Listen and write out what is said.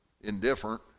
indifferent